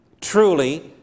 truly